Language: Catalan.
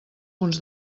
punts